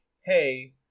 hey